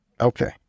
Okay